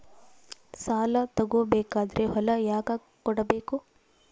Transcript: ಸಾಲ ತಗೋ ಬೇಕಾದ್ರೆ ಹೊಲ ಯಾಕ ಕೊಡಬೇಕು?